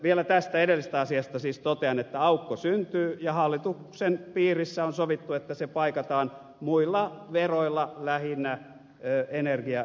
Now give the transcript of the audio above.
vielä tästä edellisestä asiasta siis totean että aukko syntyy ja hallituksen piirissä on sovittu että se paikataan muilla veroilla lähinnä energia ja ympäristöveroilla